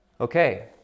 Okay